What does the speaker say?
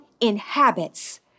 inhabits